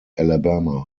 alabama